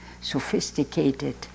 sophisticated